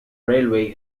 railway